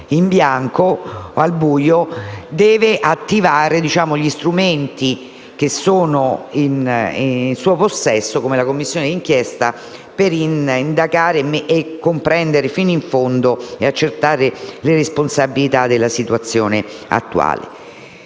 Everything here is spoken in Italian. in bianco, al buio, debba attivare gli strumenti in suo possesso, come quello della Commissione d'inchiesta, per indagare, comprendere fino in fondo e accertare le responsabilità della situazione attuale.